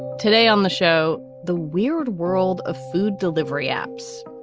today on the show, the weird world of food delivery apps.